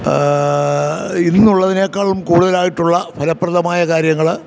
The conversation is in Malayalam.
ഇന്നുള്ളതിനേക്കാളും കൂടുതലായിട്ടുള്ള ഫലപ്രദമായ കാര്യങ്ങൾ